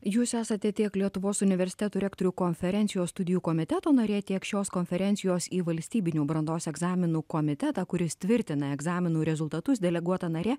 jūs esate tiek lietuvos universitetų rektorių konferencijos studijų komiteto narė tiek šios konferencijos į valstybinių brandos egzaminų komitetą kuris tvirtina egzaminų rezultatus deleguota narė